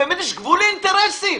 יש גבול לאינטרסים.